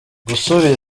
gusubiza